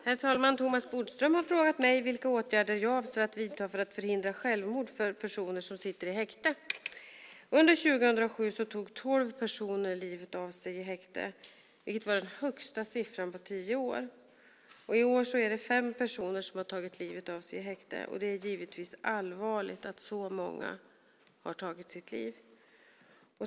Herr talman! Thomas Bodström har frågat mig vilka åtgärder jag avser att vidta för att förhindra självmord för personer som sitter i häkte. Under 2007 tog tolv personer livet av sig i häkte, vilket var den högsta siffran på tio år. I år har fem personer tagit livet av sig i häkte. Det är givetvis allvarligt att så många tar sitt liv.